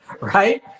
right